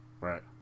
Right